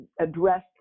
addressed